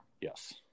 yes